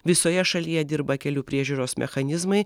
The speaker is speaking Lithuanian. visoje šalyje dirba kelių priežiūros mechanizmai